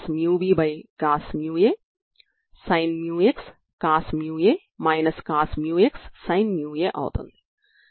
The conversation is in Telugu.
దీని నుండి మీకు Xx2 Xx0 వస్తుంది